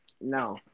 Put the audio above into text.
no